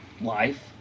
life